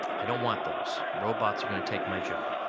i don't want those. robots are going to take my job.